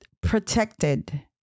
protected